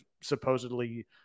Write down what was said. supposedly